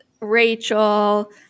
Rachel